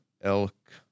elk